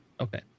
Okay